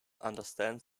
understands